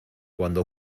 cuando